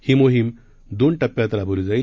ही मोहीम दोन टप्प्यात राबवली जाईल